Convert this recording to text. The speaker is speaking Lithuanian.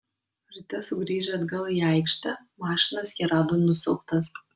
ryte sugrįžę atgal į aikštę mašinas jie rado nusiaubtas